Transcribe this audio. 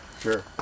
Sure